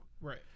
right